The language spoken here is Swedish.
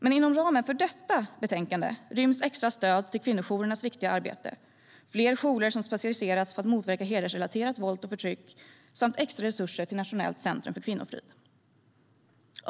Men inom ramen för detta betänkande ryms extra stöd till kvinnojourernas viktiga arbete, fler jourer som specialiseras på att motverka hedersrelaterat våld och förtryck samt extra resurser till Nationellt centrum för kvinnofrid. Herr talman!